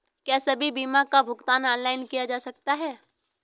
क्या सभी बीमा का भुगतान ऑनलाइन किया जा सकता है?